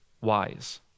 wise